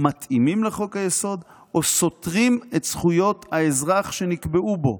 מתאימים לחוק-היסוד או סותרים את זכויות האזרח שנקבעו בו.